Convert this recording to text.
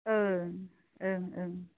ओं ओं ओं